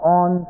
on